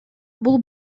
бул